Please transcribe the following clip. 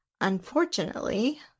unfortunately